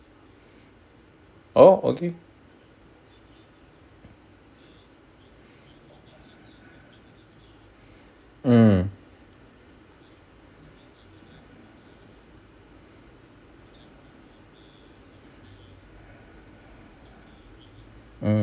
oh okay mm mm